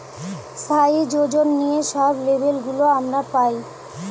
size, ওজন নিয়ে সব লেবেল গুলো আমরা পায়